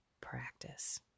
Practice